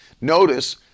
notice